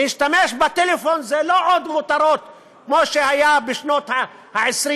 להשתמש בטלפון זה כבר לא מותרות כמו שהיה בשנות המאה ה-20.